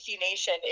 Nation